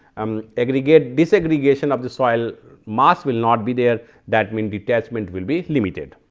um aggregate disaggregation of the soil mass will not be there that mean detachment will be limited.